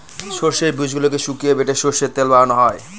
সর্ষের বীজগুলোকে শুকিয়ে বেটে সর্ষের তেল বানানো হয়